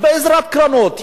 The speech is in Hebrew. בעזרת קרנות,